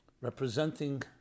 representing